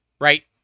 right